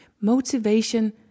Motivation